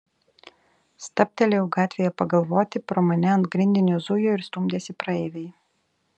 stabtelėjau gatvėje pagalvoti pro mane ant grindinio zujo ir stumdėsi praeiviai